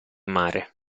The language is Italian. mare